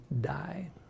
die